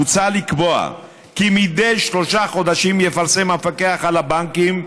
מוצע לקבוע כי מדי שלושה חודשים יפרסם המפקח על הבנקים,